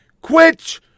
quit